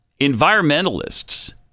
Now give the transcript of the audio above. environmentalists